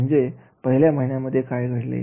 म्हणजे पहिल्या महिन्यामध्ये काय घडले